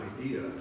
idea